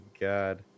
God